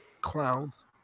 Clowns